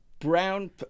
brown